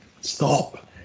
stop